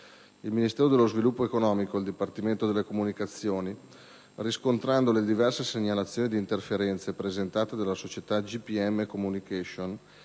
Il Ministero dello sviluppo economico, Dipartimento delle comunicazioni, riscontrando le diverse segnalazioni di interferenze presentate dalla società GPM Communication,